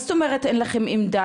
מה זאת אומרת אין לכם עמדה,